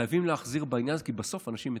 חייבים להחזיר את העניין הזה, כי בסוף אנשים מתים.